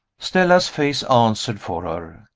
stella's face answered for her.